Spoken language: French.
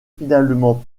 finalement